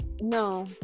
no